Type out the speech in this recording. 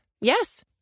Yes